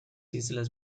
islas